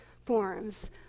forms